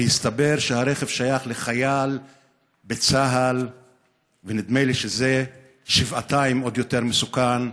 והסתבר שהרכב שייך לחייל בצה"ל ונדמה לי שזה שבעתיים יותר מסוכן.